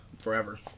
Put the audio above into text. Forever